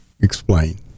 explain